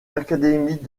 académies